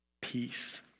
peace